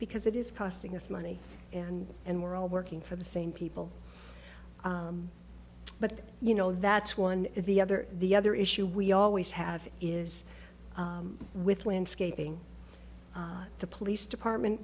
because it is costing us money and and we're all working for the same people but you know that's one the other the other issue we always have is with landscaping the police department